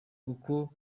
kuko